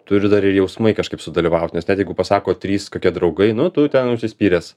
turi dar ir jausmai kažkaip sudalyvaut nes ten jeigu pasako trys kokie draugai nu tu ten užsispyręs